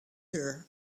her